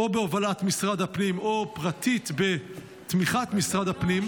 בהובלת משרד הפנים או פרטית בתמיכת משרד הפנים,